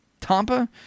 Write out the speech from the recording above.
Tampa